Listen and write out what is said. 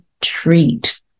treat